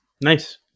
Nice